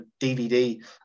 DVD